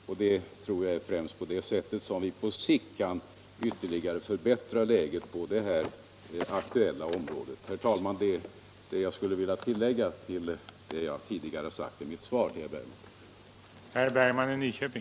Jag tror det är främst på det sättet som vi på sikt kan ytterligare förbättra läget på det här aktuella området. Herr talman! Detta var vad jag ville tillägga till det jag tidigare sagt i mitt svar till herr Bergman.